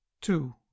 two